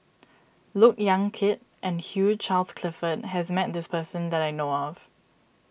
Look Yan Kit and Hugh Charles Clifford has met this person that I know of